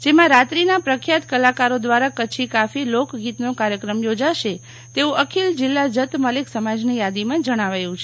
જેમાં રાત્રીના પ્રખ્યાત કલાકારો દ્વારા કચ્છી કાફી લોકગીતનો કાર્યક્રમ યોજાશે તેવું અખિલ જિલ્લા જત મલેક સમાજની યાદીમાં જણાવાયું છે